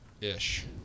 ish